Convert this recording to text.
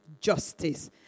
justice